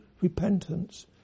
repentance